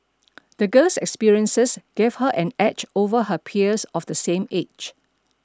the girl's experiences gave her an edge over her peers of the same age